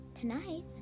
Tonight